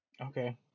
Okay